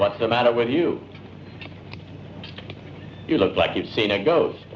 what's the matter with you you look like you've seen a ghost